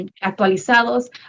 actualizados